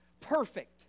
perfect